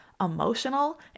emotional